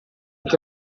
che